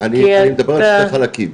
אני מדבר על שני חלקים.